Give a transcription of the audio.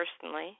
personally